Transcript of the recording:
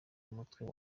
mutwe